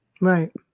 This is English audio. Right